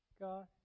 God